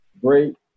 Great